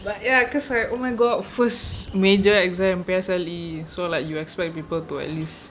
but ya because like oh my god first major exam P_S_L_E so like you expect people to at least